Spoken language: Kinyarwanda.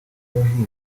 abahinzi